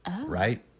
Right